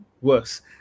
worse